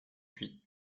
huit